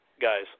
guys